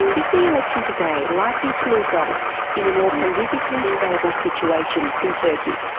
is the election today likely to result in a more politically stable situation in turkey?